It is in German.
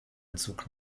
bezug